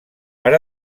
per